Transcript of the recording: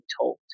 told